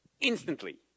instantly